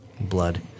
blood